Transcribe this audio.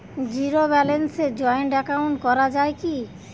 Zero ব্যালেন্সে joint account করা য়ায় কি?